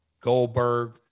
Goldberg